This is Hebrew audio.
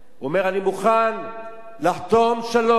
הוא אומר: אני מוכן לחתום על שלום,